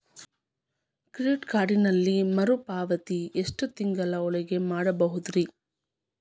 Credit ಕಾರ್ಡಿನಲ್ಲಿ ಮರುಪಾವತಿ ಎಷ್ಟು ತಿಂಗಳ ಒಳಗ ಮಾಡಬಹುದ್ರಿ?